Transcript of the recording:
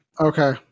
okay